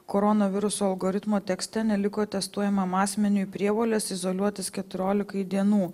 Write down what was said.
koronaviruso algoritmo tekste neliko testuojamam asmeniui prievolės izoliuotis keturiolikai dienų